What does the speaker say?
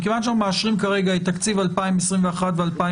כיוון שאנו מאשרים עכשיו את תקציב 2021 ו-2022